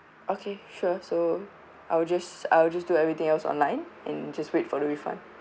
okay sure so I will just I will just do everything else online and just wait for the refund